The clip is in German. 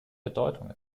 bedeutung